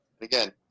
Again